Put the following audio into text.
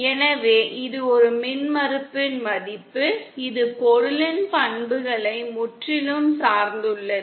எனவே இது ஒரு மின்மறுப்பின் மதிப்பு இது பொருளின் பண்புகளை முற்றிலும் சார்ந்துள்ளது